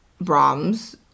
Brahms